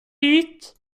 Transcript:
hit